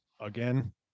again